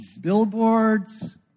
billboards